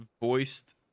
voiced